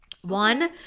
One